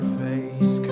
face